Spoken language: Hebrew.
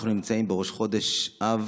אנחנו נמצאים בראש חודש אב,